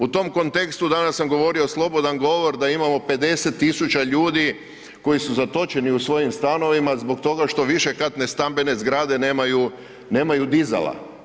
U tom kontekstu sam danas govorio slobodan govor da imamo 50.000 ljudi koji su zatočeni u svojim stanovima zbog toga što višekatne stambene zgrade nemaju dizala.